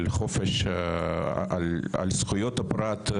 על זכויות הפרט.